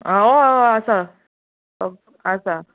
आं हय हय आसा